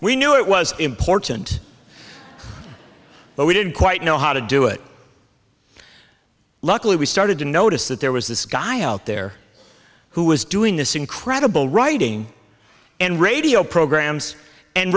we knew it was important but we didn't quite know how to do it luckily we started to notice that there was this guy out there who was doing this incredible writing and radio programs and